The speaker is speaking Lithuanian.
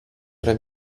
yra